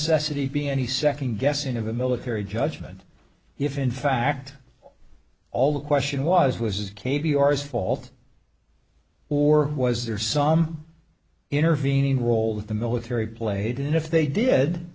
necessity be any second guessing of a military judgment if in fact all the question was was k b r is fault or was there some intervening role that the military played in if they did